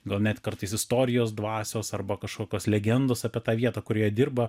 gal net kartais istorijos dvasios arba kažkokios legendos apie tą vietą kurioje dirba